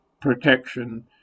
protection